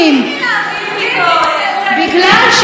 בגלל שאני